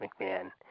McMahon